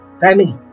family